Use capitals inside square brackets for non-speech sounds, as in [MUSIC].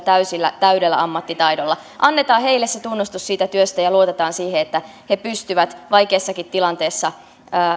[UNINTELLIGIBLE] täysillä täydellä ammattitaidolla annetaan heille se tunnustus siitä työstä ja luotetaan siihen että he pystyvät vaikeassakin tilanteessa